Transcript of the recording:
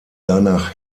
danach